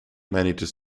manages